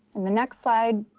and the next slide